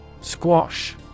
Squash